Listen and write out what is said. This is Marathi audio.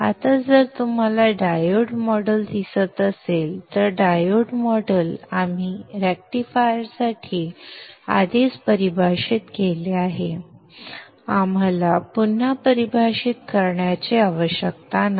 आता जर तुम्हाला डायोड मॉडेल दिसत असेल तर डायोड मॉडेल आपण रेक्टिफायरसाठी आधीच परिभाषित केले आहे पुन्हा परिभाषित करण्याची आवश्यकता नाही